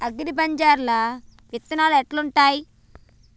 అగ్రిబజార్ల విత్తనాలు ఎట్లుంటయ్?